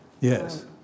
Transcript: Yes